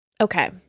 Okay